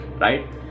right